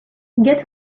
get